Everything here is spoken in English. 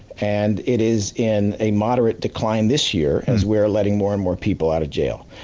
and it is in a moderate decline this year, as we are letting more and more people out of jail.